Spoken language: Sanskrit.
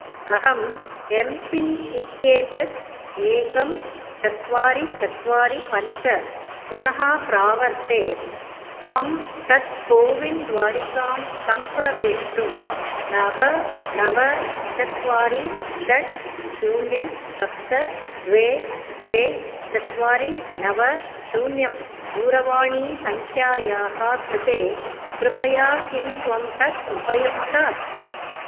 अहम् एंपिन् इत्येतद् एकं चत्वारि चत्वारि पञ्च पुनः प्रावर्ते त्वं तत् कोविन् द्वारिकां सम्प्रवेष्टुं नव नव चत्वारि षड् शून्यं सप्त द्वे द्वे चत्वारि नव शून्यं दूरवाणीसङ्ख्यायाः कृते कृपया किं त्वं तत् उपयुङ्क्तात्